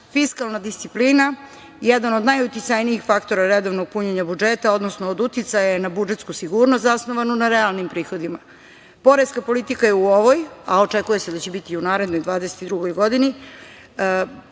fiskalna disciplina, jedan od najuticajnijih faktora redovnog punjenja budžeta, odnosno od uticaja je na budžetsku sigurnost zasnovanu na realnim prihodima. Poreska politika u ovoj, a očekuje se da će biti i u narednoj, 2022. godini,